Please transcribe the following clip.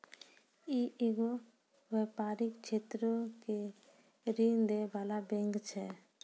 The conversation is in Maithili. इ एगो व्यपारिक क्षेत्रो के ऋण दै बाला बैंक छै